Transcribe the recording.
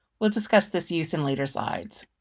we'll discuss this use in later slides.